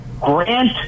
grant